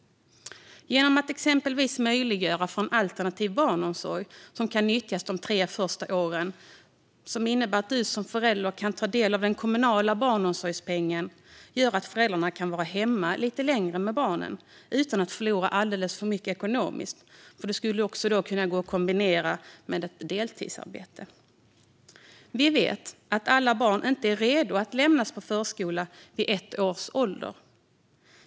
Genom att exempelvis möjliggöra för en alternativ barnomsorg som kan nyttjas de tre första åren, vilket innebär att man som förälder kan ta del av den kommunala barnomsorgspengen, kan föräldrarna vara hemma lite längre med barnen utan att förlora alltför mycket ekonomiskt. Det skulle då gå att kombinera med ett deltidsarbete. Vi vet att alla barn inte är redo att lämnas på förskola vid ett års ålder.